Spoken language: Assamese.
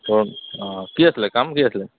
অঁ কি আছিলে কাম কি আছিলে